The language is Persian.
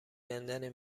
کندن